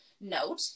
note